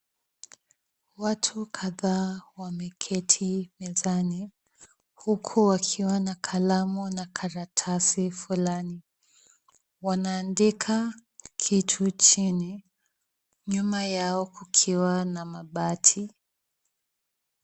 Watu kadhaa wameketi mezani huku wakiwa na kalamu na karatasi fulani. Wanaandika kitu chini, nyuma yao kukiwa na mabati.